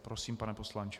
Prosím, pane poslanče.